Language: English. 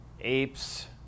apes